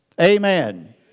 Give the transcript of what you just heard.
Amen